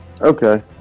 Okay